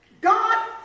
God